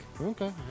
okay